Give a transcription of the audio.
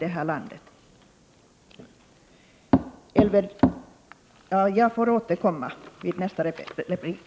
Till Elver Jonsson får jag visst återkomma i nästa replik.